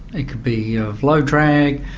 it could be of low drag,